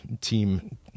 team